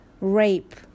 rape